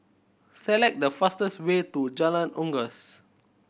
select the fastest way to Jalan Unggas